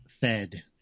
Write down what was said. fed